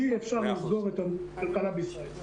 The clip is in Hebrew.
אי אפשר לסגור את הכלכלה בישראל.